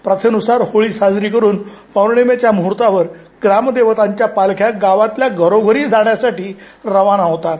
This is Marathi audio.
प्रथेनुसार होळी साजरी करून पौर्णिमेच्या मृहर्तावर ग्रामदेवतांच्या पालख्या गावातल्या घरोघरी जाण्यासाठी रवाना होतात